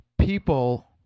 People